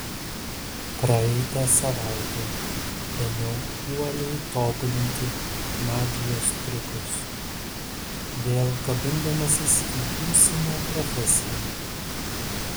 praeitą savaitę ėmiau uoliai tobulinti magijos triukus vėl kabindamasis į būsimą profesiją